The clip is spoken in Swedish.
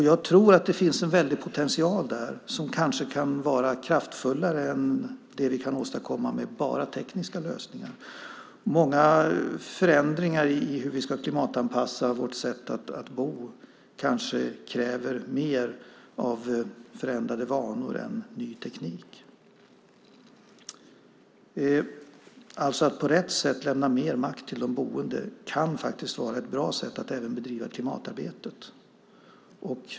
Jag tror att det finns en väldig potential där som kanske kan vara kraftfullare än det som vi kan åstadkomma med bara tekniska lösningar. Många förändringar i hur vi ska klimatanpassa vårt sätt att bo kanske kräver mer av förändrade vanor än ny teknik. Att på rätt sätt lämna mer makt till de boende kan vara ett sätt att även bedriva klimatarbetet.